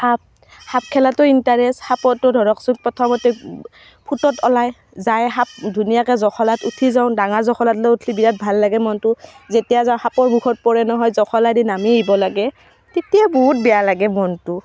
সাপ সাপ খেলাটোও ইণ্টাৰেষ্ট সাপতো ধৰকচোন প্ৰথমতে ফুটত ওলায় যায় সাপ ধুনীয়াকৈ জখলাত উঠি যাওঁ ডাঙৰ জখলাডালত উঠি বিৰাট ভাল লাগে মনটো যেতিয়া যাওঁ সাপৰ মুখত পৰে নহয় জখলাইদি নামি আহিব লাগে তেতিয়া বহুত বেয়া লাগে মনটো